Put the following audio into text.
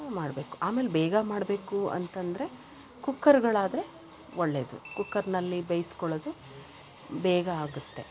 ಮಾಡಬೇಕು ಆಮೇಲೆ ಬೇಗ ಮಾಡಬೇಕು ಅಂತಂದರೆ ಕುಕ್ಕರ್ಗಳಾದರೆ ಒಳ್ಳೆಯದು ಕುಕ್ಕರ್ನಲ್ಲಿ ಬೇಯ್ಸ್ಕೊಳ್ಳೋದು ಬೇಗ ಆಗುತ್ತೆ